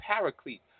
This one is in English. paraclete